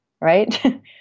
right